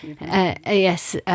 Yes